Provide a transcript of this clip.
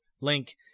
link